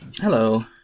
Hello